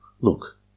Look